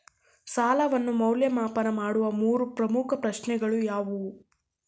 ಸಾಲವನ್ನು ಮೌಲ್ಯಮಾಪನ ಮಾಡುವ ಮೂರು ಪ್ರಮುಖ ಪ್ರಶ್ನೆಗಳು ಯಾವುವು?